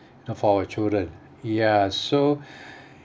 for our children ya so